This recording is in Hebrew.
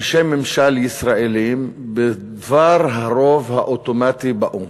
אנשי ממשל ישראלים בדבר הרוב האוטומטי באו"ם.